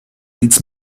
leads